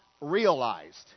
realized